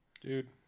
Dude